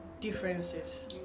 differences